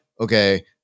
okay